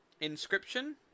Inscription